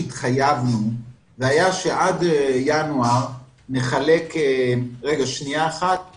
אמרנו שעד ינואר נסיים 50% מכל תהליכי ההצטיידות